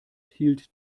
hielt